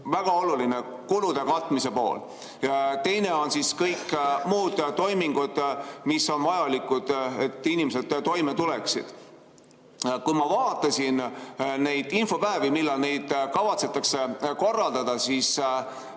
väga oluline – kulude katmise pool ja teine on kõik muud toimingud, mis on vajalikud, et inimesed toime tuleksid. Kui ma vaatasin, millal neid infopäevi kavatsetakse korraldada,